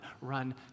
run